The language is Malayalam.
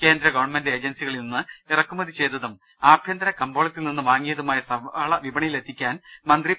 കേന്ദ്ര ഗവൺമെന്റ് ഏജൻസികളിൽനിന്ന് ഇറക്കുമതി ചെയ്തതും ആഭ്യന്തര കമ്പോളത്തിൽ നിന്നും വാങ്ങിയതുമായ സവാള വിപണിയിലെത്തിക്കാൻ മന്ത്രി പി